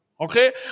Okay